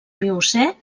miocè